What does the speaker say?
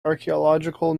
archeological